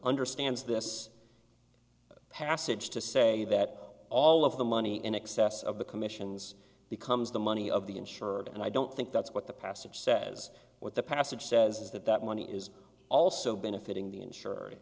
understands this passage to say that all of the money in excess of the commissions becomes the money of the insured and i don't think that's what the passage says what the passage says is that that money is also benefiting the insure